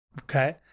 Okay